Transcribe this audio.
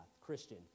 Christian